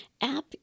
app